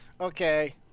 Okay